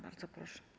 Bardzo proszę.